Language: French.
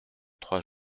trois